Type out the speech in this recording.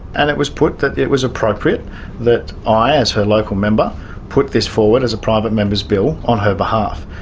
and it was put that it was appropriate that i as her local member put this forward as a private members bill on her behalf.